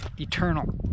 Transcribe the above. eternal